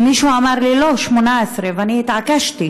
ומישהו אמר לי: לא, 18. ואני התעקשתי